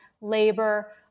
labor